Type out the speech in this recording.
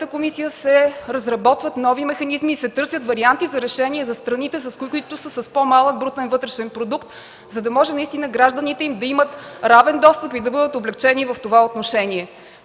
комисия се разработват нови механизми и се търсят варианти за решение за страните, които са с по-малък брутен вътрешен продукт, за да може гражданите им да имат равен достъп и да бъдат облекчени в това отношение.